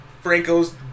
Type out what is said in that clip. Franco's